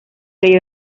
ello